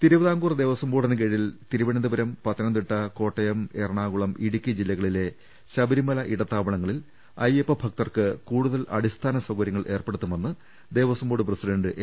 തിരുവിതാംകൂർ ദേവസ്വംബോർഡിന് കീഴിൽ തിരുവനന്തപുരം പത്തനംതിട്ട കോട്ടയം എറണാകുളം ഇടുക്കി ജില്ലകളിലെ ശബ രിമല ഇടത്താവളങ്ങളിൽ അയ്യപ്പ ഭക്തർക്ക് കൂടുതൽ അടിസ്ഥാന സൌകര്യങ്ങൾ ഏർപ്പെടുത്തുമെന്ന് ദേവസം ബോർഡ് പ്രസിഡന്റ് എ